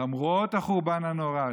למרות החורבן הנורא,